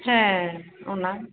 ᱦᱮᱸ ᱚᱱᱟᱜᱮ